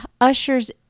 ushers